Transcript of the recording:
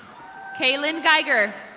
kaylin giger.